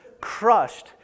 crushed